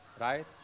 right